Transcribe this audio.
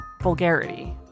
vulgarity